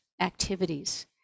activities